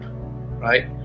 right